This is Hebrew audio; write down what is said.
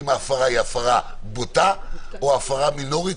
אם ההפרה היא הפרה בוטה או הפרה מינורית,